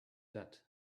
that